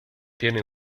tiene